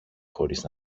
χωρίς